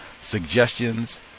suggestions